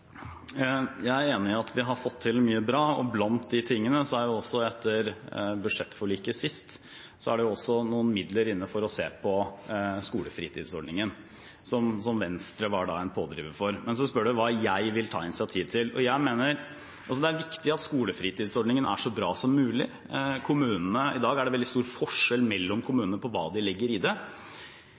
Jeg er enig i at vi har fått til mye bra, og blant de tingene er det også, etter budsjettforliket sist, noen midler inne for å se på skolefritidsordningen, som Venstre var en pådriver for. Men så spør man hva jeg vil ta initiativ til. Det er viktig at skolefritidsordningen er så bra som mulig. I dag er det veldig stor forskjell mellom kommunene på hva de legger i det.